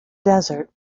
desert